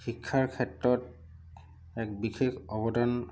শিক্ষাৰ ক্ষেত্ৰত এক বিশেষ অৱদান